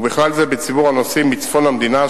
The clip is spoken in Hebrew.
בכלל זה בציבור הנוסעים לצפון המדינה,